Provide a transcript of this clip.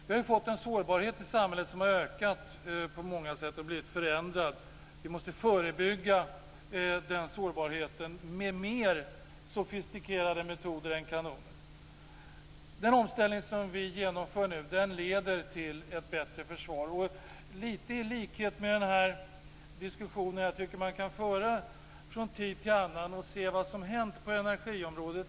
Vi har fått en sårbarhet i samhället som har ökat på många sätt, och blivit förändrad. Vi måste förebygga den sårbarheten med mer sofistikerade metoder än kanoner. Den omställning som vi genomför nu leder till ett bättre försvar - lite i likhet med den diskussion som jag tycker man kan föra från tid till annan för att se vad som har hänt på energiområdet.